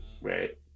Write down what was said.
Right